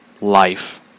life